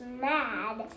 mad